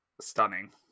stunning